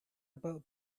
about